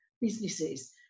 businesses